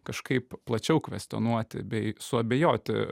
kažkaip plačiau kvestionuoti bei suabejoti